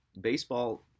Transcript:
baseball